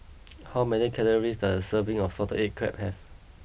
how many calories does a serving of Salted Egg Crab have